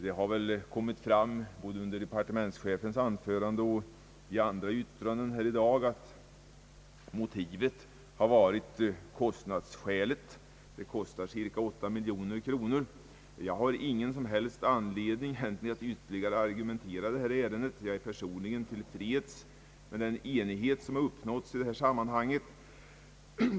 Det har väl kommit fram både under departementschefens anförande och i andra yttranden här i dag att motivet har varit kostnadsskälet. Kostnaden skulle uppgå till cirka 8 miljoner kronor. Jag har egentligen ingen som helst anledning att ytterligare argumentera i detta ärende då jag personligen är till freds med den enighet som har uppnåtts i detta sammanhang.